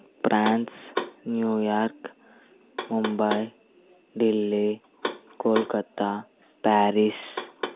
France New York Mumbai Delhi Kolkata Paris